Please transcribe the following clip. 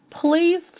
Please